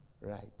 right